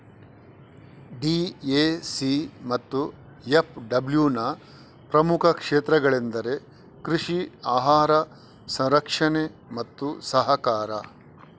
DAC ಮತ್ತು ಎಫ್.ಡಬ್ಲ್ಯೂನ ಪ್ರಮುಖ ಕ್ಷೇತ್ರಗಳೆಂದರೆ ಕೃಷಿ, ಆಹಾರ ಸಂರಕ್ಷಣೆ ಮತ್ತು ಸಹಕಾರ